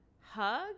hug